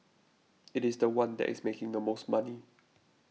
it is the one that is making the most money